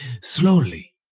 slowly